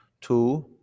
Two